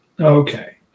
Okay